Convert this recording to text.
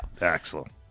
Excellent